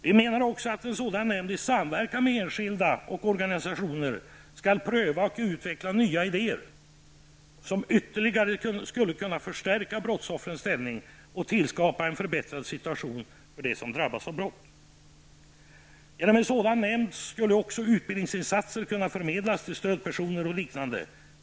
Vi menar också att en sådan nämnd i samverkan med enskilda och organisationer skall pröva och utveckla nya idéer som ytterligare skulle kunna förstärka brottsoffrens ställning och tillskapa en förbättrad situation för dem som drabbas av brott. Genom en sådan nämnd skulle också utbildningsinsatser kunna förmedlas till stödpersoner och liknande.